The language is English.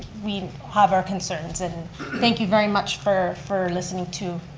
we have our concerns. and thank you very much for for listening to